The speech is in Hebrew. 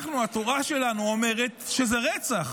התורה שלנו אומרת שזה רצח.